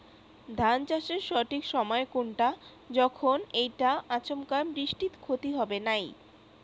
ধান চাষের সঠিক সময় কুনটা যখন এইটা আচমকা বৃষ্টিত ক্ষতি হবে নাই?